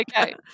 Okay